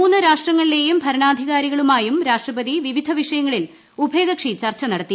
മൂന്ന് രാഷ്ട്രങ്ങളിലേയും ഭരണാധികാരികളുമായും രാഷ്ട്രപതി വിവിധ വിഷയങ്ങളിൽ ഉഭയകക്ഷി ചർച്ച നടത്തി